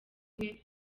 umwe